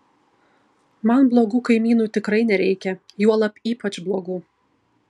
man blogų kaimynų tikrai nereikia juolab ypač blogų